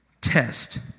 test